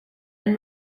and